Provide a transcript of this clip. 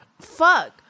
fuck